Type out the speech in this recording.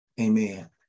Amen